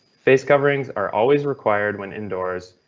face coverings are always required when indoors,